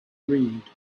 read